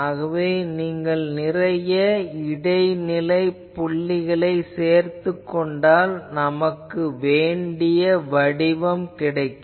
ஆகவே நீங்கள் நிறைய இடைநிலைப் புள்ளிகளை சேர்த்துக் கொண்டால் நமக்கு வேண்டிய வடிவம் கிடைக்கும்